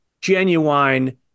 genuine